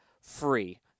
free